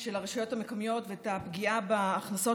של הרשויות המקומיות ואת הפגיעה בהכנסות